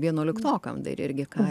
vienuoliktokam dar irgi ką